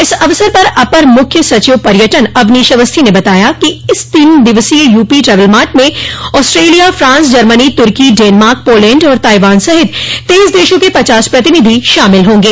इस अवसर पर अपर मुख्य सचिव पर्यटन अवनीश अवस्थी ने बताया कि इस तीन दिवसीय यूपी ट्रैवल मार्ट में आस्ट्रेलिया फ्रांस जर्मनी तुर्की डेनमार्क पोलेण्ड और ताइबान सहित तेईस देशों के पचास प्रतिनिधि शामिल होंगे